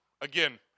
Again